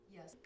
Yes